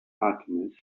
alchemist